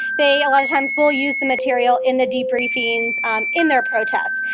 they a lot of times will use the material in the debriefings in their protest.